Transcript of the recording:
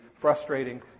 frustrating